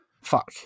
fuck